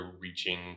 reaching